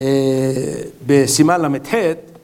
בסימן לח